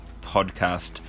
podcast